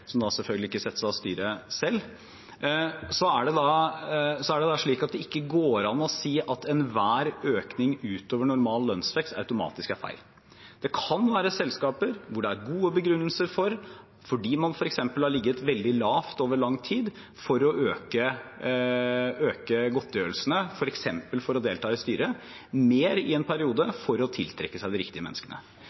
som selvfølgelig ikke settes av styret selv – går det ikke an å si at enhver økning utover normal lønnsvekst automatisk er feil. Det kan være selskaper hvor det er gode begrunnelser, f.eks. at man har ligget veldig lavt over lang tid, for å øke godtgjørelsene – f.eks. for å delta mer i styret i en periode eller for å tiltrekke seg de riktige menneskene.